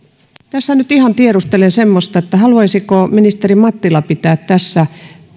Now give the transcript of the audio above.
tässä ihan tiedustelen semmoista että haluaisiko ministeri mattila pitää nyt tässä